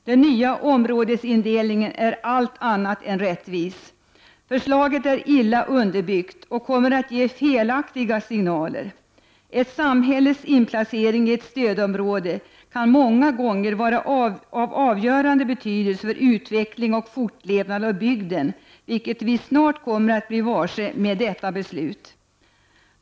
Den nya områdesindelningen är allt annat än rättvis. Förslaget är illa underbyggt och kommer att ge felaktiga signaler. Ett samhälles inplacering i ett stödområde kan många gånger vara av avgörande betydelse för utveckling och fortlevnad av bygden, vilket vi snart kommer att bli varse med detta beslut.